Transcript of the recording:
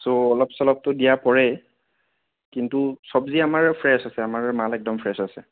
চ' অলপ চলপটো দিয়া পৰে কিন্তু চবজি আমাৰ ফ্ৰেছ আছে আমাৰ মাল একদম ফ্ৰেছ আছে